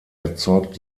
erzeugt